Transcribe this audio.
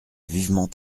vivement